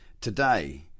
today